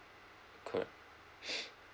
correct